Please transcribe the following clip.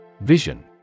Vision